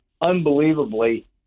unbelievably